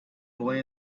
boy